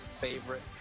favorite